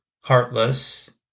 heartless